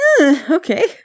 Okay